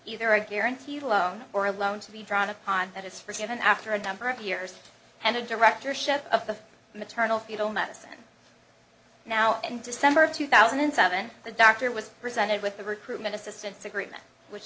either a guaranteed loan or a loan to be drawn upon that is forgiven after a number of years and the directorship of the maternal fetal medicine now and december of two thousand and seven the dr was presented with the recruitment assistance agreement which